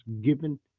given